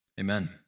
Amen